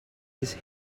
his